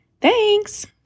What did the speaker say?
Thanks